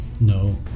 No